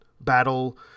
Battle